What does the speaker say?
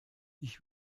ich